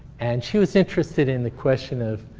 and she was interested in the question of,